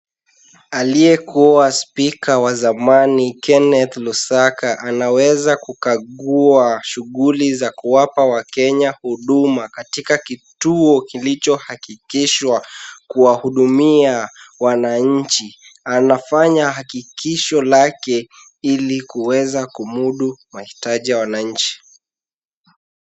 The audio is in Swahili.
Aliyekuwa spika wa zamani Keneth Lusaka anaweza kukagua shughuli za kuwapa wakenya huduma katika kituo kilichohakikishwa kuwahudumia wananchi. Anafanya hakikisho lake ili kuweza kumudu mahitaji ya wananchi.